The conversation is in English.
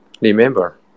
Remember